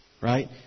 Right